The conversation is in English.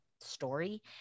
story